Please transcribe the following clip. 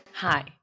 Hi